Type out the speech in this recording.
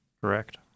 Correct